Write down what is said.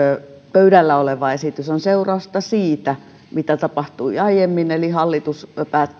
pöydällä oleva esitys on seurausta siitä mitä tapahtui aiemmin eli hallitus päätti